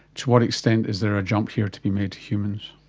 to what extent is there a jump here to be made to humans?